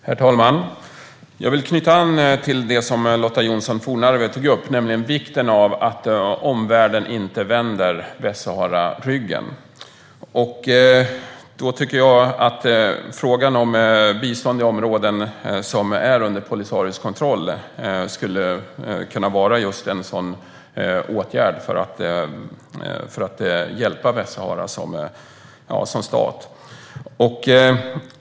Herr talman! Jag vill knyta an till det som Lotta Johnsson Fornarve tog upp, nämligen vikten av att omvärlden inte vänder Västsahara ryggen. Frågan om bistånd i områden som är under Polisarios kontroll skulle kunna vara en sådan åtgärd för att hjälpa Västsahara som stat.